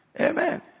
Amen